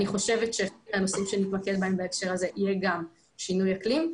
אני חושבת --- שבנושאים שנתמקד בהם בהקשר הזה יהיה גם שינוי אקלים.